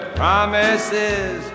promises